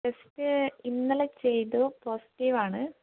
test ഇന്നലെ ചെയ്തു positive ആണ്